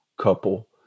couple